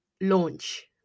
launch